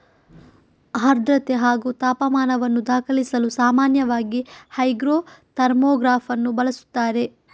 ಆರ್ದ್ರತೆ ಹಾಗೂ ತಾಪಮಾನವನ್ನು ದಾಖಲಿಸಲು ಸಾಮಾನ್ಯವಾಗಿ ಹೈಗ್ರೋ ಥರ್ಮೋಗ್ರಾಫನ್ನು ಬಳಸುತ್ತಾರೆ